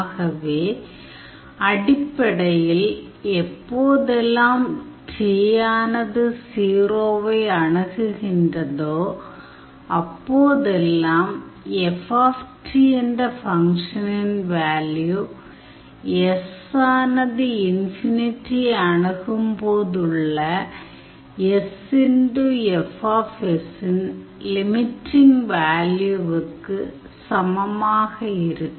ஆகவே அடிப்படையில் எப்போதெல்லாம் t ஆனது 0 வை அணுகுகின்றதோ அப்போதெல்லாம் F என்ற ஃபங்க்ஷனின் வேல்யூ s ஆனது ஐ அணுகும் போதுள்ள sf இன் லிமிட்டிங் வேல்யூவிற்கு சமமாக இருக்கும்